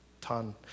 Ton